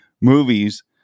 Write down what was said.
movies